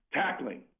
tackling